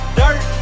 dirt